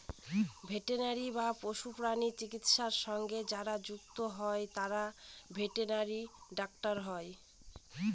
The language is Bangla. ভেটেনারি বা পশুপ্রাণী চিকিৎসা সঙ্গে যারা যুক্ত হয় তারা ভেটেনারি ডাক্তার হয়